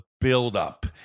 build-up